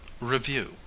Review